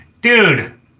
dude